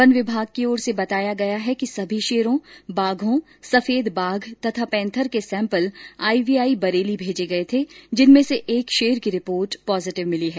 one विभाग की ओर से बताया गया है कि सभी शेरों बाघों सफेद बाघ तथा पेंथर के सैंपल आईवीआई बरेली भेजे गये थे जिनमें से एक शेर की रिपोर्ट पॉजिटिव मिली है